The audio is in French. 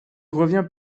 revient